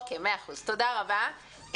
מאה אחוז, תודה רבה.